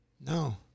No